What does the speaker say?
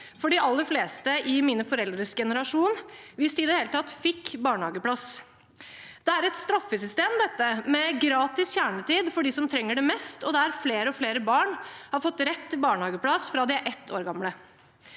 for de aller fleste i mine foreldres generasjon – hvis de i det hele tatt fikk barnehageplass. Det er et straffesystem, dette, med gratis kjernetid for dem som trenger det mest, og der flere og flere barn har fått rett til barnehageplass fra de er ett år gamle.